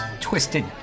Twisted